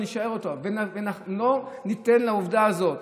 ולא ניתן לעובדה הזאת